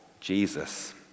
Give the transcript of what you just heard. Jesus